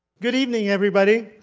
good evening, everybody.